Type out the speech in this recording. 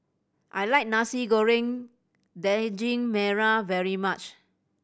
I like Nasi Goreng Daging Merah very much